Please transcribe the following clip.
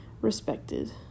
respected